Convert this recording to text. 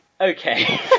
Okay